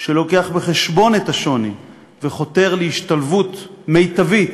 שמביא בחשבון את השוני וחותר להשתלבות מיטבית